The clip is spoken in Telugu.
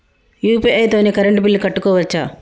యూ.పీ.ఐ తోని కరెంట్ బిల్ కట్టుకోవచ్ఛా?